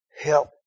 help